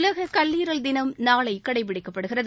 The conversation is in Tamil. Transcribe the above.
உலக கல்லீரல் தினம் நளை கடைபிடிக்கப்படுகிறது